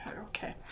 Okay